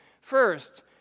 First